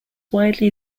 widely